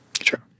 Sure